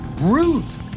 root